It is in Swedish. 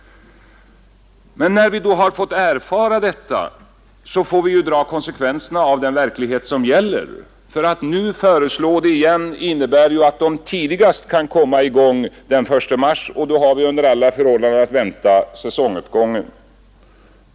Vi har därför tvingats dra konsekvenserna av den verklighet som råder. Om vi nu föreslog samma åtgärder skulle dessa kunna sättas in tidigast den 1 mars, och då har vi under alla förhållanden att vänta säsonguppgången.